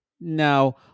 Now